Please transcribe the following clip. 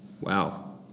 Wow